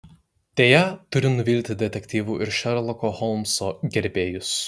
deja turiu nuvilti detektyvų ir šerloko holmso gerbėjus